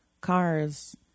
cars